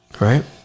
right